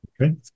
Okay